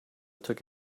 took